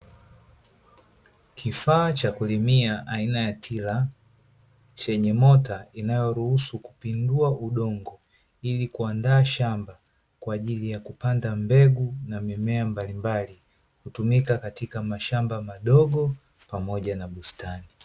Kifaa cha kulimia aina ya tila, chenye Mota inayoruhusu kupindua udongo ili kuandaa shamba kwaajili ya kupanda mbegu na mimea mbalimbali kutumika katika mashamba madogo pamoja na bustani.